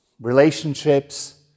relationships